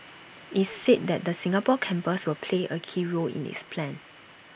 IT said that the Singapore campus will play A key role in its plan